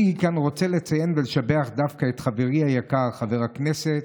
אני רוצה לציין ולשבח כאן דווקא את חברי היקר חבר הכנסת